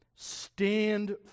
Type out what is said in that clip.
Stand